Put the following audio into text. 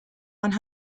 one